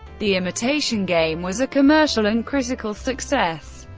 the imitation game was a commercial and critical success.